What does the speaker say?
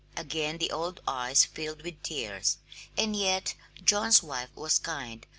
again the old eyes filled with tears and yet john's wife was kind,